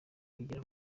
kugira